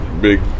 big